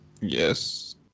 Yes